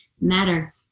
matter